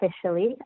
officially